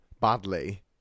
badly